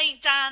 Dan